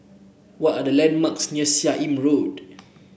what are the landmarks near Seah Im Road